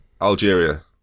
Algeria